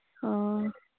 ꯑꯥ